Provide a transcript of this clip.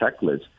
checklist